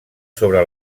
sobre